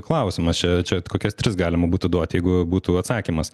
klausimas čia čia kokias tris galima būtų duoti jeigu būtų atsakymas